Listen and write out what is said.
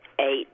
eight